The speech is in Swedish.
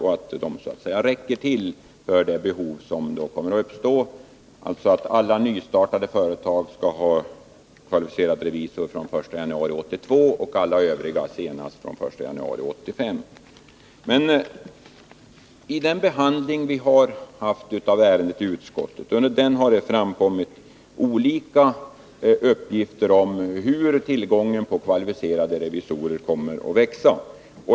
Man är säker på att antalet revisorer är tillräckligt för att fylla det behov som kommer att uppstå, om alla nystartade företag skall ha kvalificerad revisor fr.o.m. den 1 januari 1982 och alla övriga senast Under ärendets behandling i utskottet har det framkommit olika uppgifter om hur tillgången på kvalificerade revisorer kommer att växa.